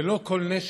ללא כל נשק,